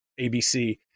abc